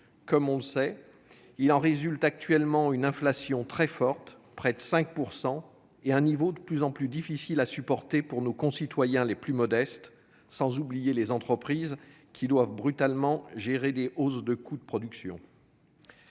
Comme on le sait, il en résulte une inflation très forte- près de 5 %-, un niveau de plus en plus difficile à supporter pour nos concitoyens les plus modestes, sans oublier les entreprises, qui doivent brutalement gérer des hausses de coûts de production.